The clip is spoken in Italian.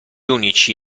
unici